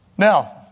Now